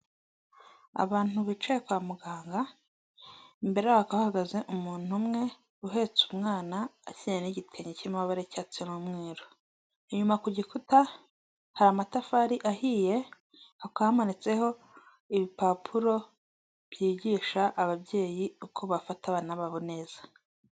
Abantu bicaye kwa muganga, imbere yaho hakaba ha hagaze umuntu umwe uhetse umwana, akenyeye n'igitenge cy'amababara y'icyatsi n'umweru. Inyuma ku gikuta hari amatafari ahiye, akamanitseho ibipapuro byigisha ababyeyi uko bafata abana babo neza.